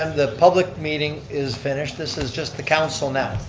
the public meeting is finished, this is just the council now.